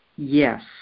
Yes